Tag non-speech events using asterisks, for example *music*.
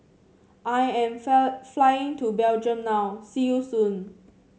I am *noise* flying to Belgium now see you soon